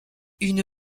une